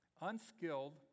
unskilled